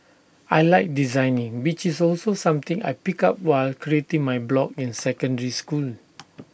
I Like designing which is also something I picked up while creating my blog in secondary school